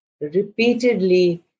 repeatedly